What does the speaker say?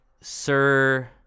Sir